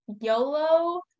yolo